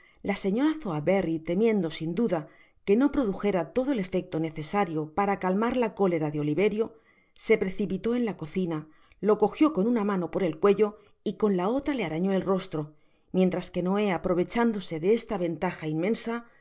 la señora sowerberry temiendo sin duda que no produjera todo el efecto necesario para calmar la cólera de oliverio se precipitó en la cocina lo cogió con una mano por el cuello y con la otra le arañó el rostro mientras que noé aprovechándose de esta ventaja in